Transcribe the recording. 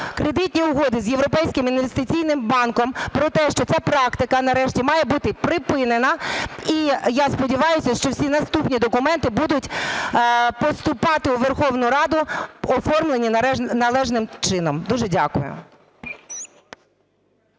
кредитні угоди з Європейським інвестиційним банком, про те, що ця практика нарешті має бути припинена. І я сподіваюся, що всі наступні документи будуть поступати у Верховну Раду оформлені належним чином. Дуже дякую.